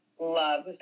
loves